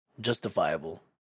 justifiable